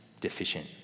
deficient